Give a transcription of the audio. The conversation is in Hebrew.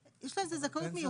יש לו איזה זכאות מיוחדת.